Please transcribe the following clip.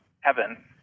heaven